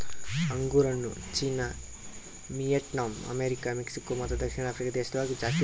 ಅಂಗುರ್ ಹಣ್ಣು China, Vietnam, America, Mexico ಮತ್ತ ದಕ್ಷಿಣ ಆಫ್ರಿಕಾ ದೇಶಗೊಳ್ದಾಗ್ ಜಾಸ್ತಿ ಬೆಳಿತಾರ್